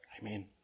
Amen